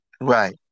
Right